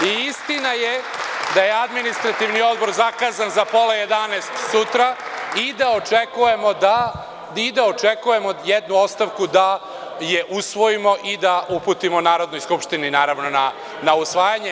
Istina je da je Administrativni odbor zakazan za pola jedanaest sutra i da očekujemo jednu ostavku, da je usvojimo i da je uputimo Narodnoj skupštini na usvajanje.